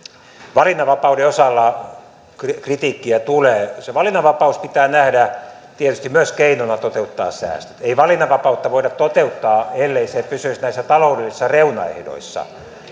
valinnanvapauden osalta kritiikkiä tulee se valinnanvapaus pitää nähdä tietysti myös keinona toteuttaa säästöt ei valinnanvapautta voida toteuttaa ellei se pysyisi näissä taloudellisissa reunaehdoissa